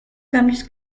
cambios